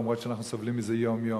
למרות שאנחנו סובלים מזה יום-יום,